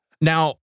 Now